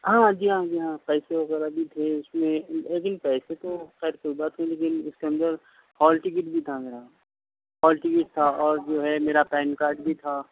ہاں جی ہاں جی ہاں پیسے وغیرہ بھی تھے اس میں لیکن پیسے تو خیر کوئی بات نہیں لیکن اس کے اندر ہال ٹکٹ بھی تھا میرا ہال ٹکٹ تھا اور جو ہے میرا پین کارڈ بھی تھا